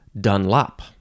Dunlop